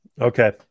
Okay